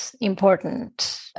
important